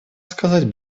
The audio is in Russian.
сказать